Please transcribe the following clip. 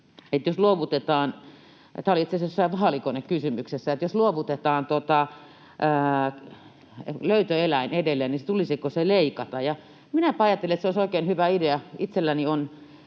asiassa vaalikonekysymyksessä — löytöeläin edelleen, niin tulisiko se leikata. Ja minäpä ajattelen, että se olisi oikein hyvä idea.